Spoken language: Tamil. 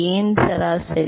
ஏன் சராசரி